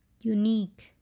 unique